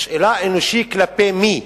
השאלה, אנושי כלפי מי.